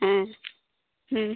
ᱦᱮᱸ ᱦᱮᱸ